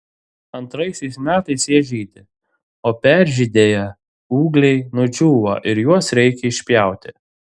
antraisiais metais jie žydi o peržydėję ūgliai nudžiūva ir juos reikia išpjauti